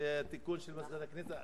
התיקון של מזכירת הכנסת.